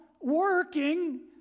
working